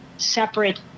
separate